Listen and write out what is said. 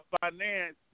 finance